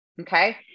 Okay